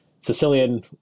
Sicilian